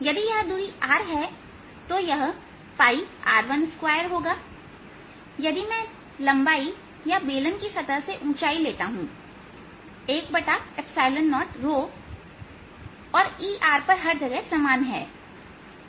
यदि यह दूरी r है तो यह r12होगा यदि मैं लंबाई या बेलन की सतह से ऊंचाई लेता हूं 10 और E r पर हर जगह समान है